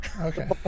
Okay